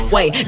Wait